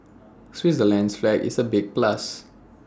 Switzerland's flag is A big plus